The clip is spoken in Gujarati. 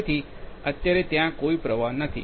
તેથી અત્યારે ત્યાં કોઈ પ્રવાહ નથી